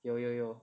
有有有